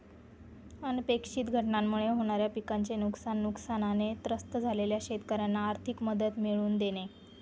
अनपेक्षित घटनांमुळे होणाऱ्या पिकाचे नुकसान, नुकसानाने त्रस्त झालेल्या शेतकऱ्यांना आर्थिक मदत मिळवून देणे